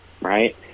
Right